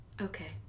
Okay